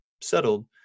settled